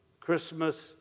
Christmas